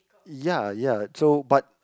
ya ya so but